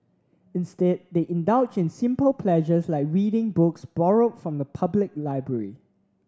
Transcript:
instead they indulge in simpler pleasures like reading books borrowed from the public library